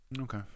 okay